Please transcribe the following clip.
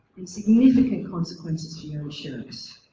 and significant consequences for your insurance.